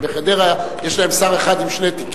ובחדרה יש להם שר אחד עם שני תיקים.